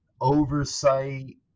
oversight